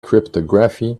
cryptography